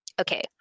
Okay